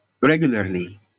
regularly